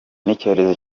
n’icyorezo